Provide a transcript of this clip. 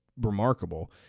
remarkable